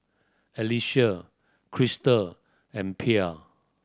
Alecia Crystal and Pierre